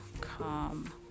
come